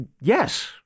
Yes